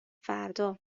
فردا